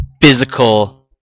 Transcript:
physical